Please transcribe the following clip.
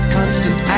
constant